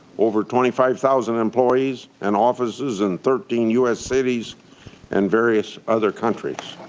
over twenty five thousand employees and offices in thirteen u s. cities and various other countries.